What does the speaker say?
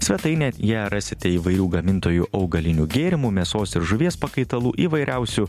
svetainė ją rasite įvairių gamintojų augalinių gėrimų mėsos ir žuvies pakaitalų įvairiausių